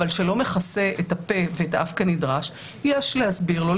אבל לא מכסה את הפה ואת האף כנדרש יש להסביר לו,